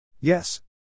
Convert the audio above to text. Yes